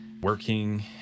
working